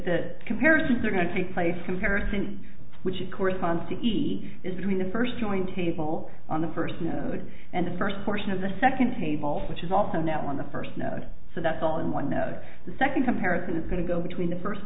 the comparisons are going to take place comparison which it corresponds to he is between the first joint table on the first node and the first portion of the second table which is also now on the first node so that's on one node the second comparison is going to go between the first